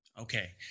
Okay